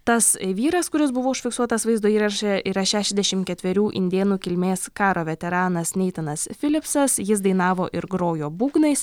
tas vyras kuris buvo užfiksuotas vaizdo įraše yra šešiasdešimt ketverių indėnų kilmės karo veteranas neitanas filipsas jis dainavo ir grojo būgnais